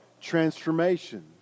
transformation